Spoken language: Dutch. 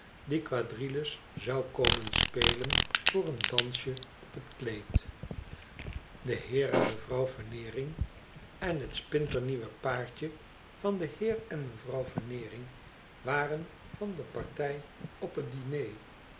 die quadrilles zou komen spelen voor een dansje op het kleed de heer en mevrouw veneering en het spintemieuwe paartje van den heer en mevrouw veneering waren van de partij op het diner